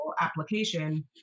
application